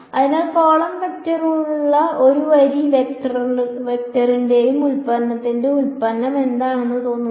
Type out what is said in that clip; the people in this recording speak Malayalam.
അതിനാൽ കോളം വെക്ടറുള്ള ഒരു വരി വെക്ടറിന്റെയെങ്കിലും ഉൽപ്പന്നത്തിന്റെ ഉൽപ്പന്നം എന്താണെന്ന് തോന്നുന്നു